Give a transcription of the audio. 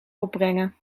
opbrengen